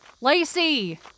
Lacey